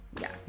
Yes